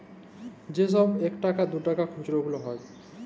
যে ছব ইকটাকা দুটাকার খুচরা গুলা হ্যয়